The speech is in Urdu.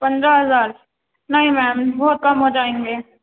پندرہ ہزار نہیں میم بہت کم ہو جائیں گے